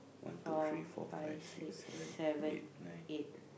four five six seven eight